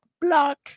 block